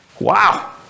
wow